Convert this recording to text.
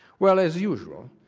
well, as usual,